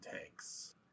tanks